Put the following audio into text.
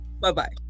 Bye-bye